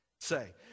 say